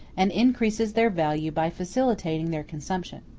and increases their value by facilitating their consumption.